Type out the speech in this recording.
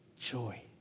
joy